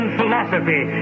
philosophy